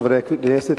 חברי הכנסת,